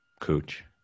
Cooch